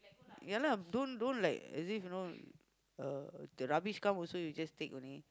ya lah don't don't like as if you know uh the rubbish come also you just take only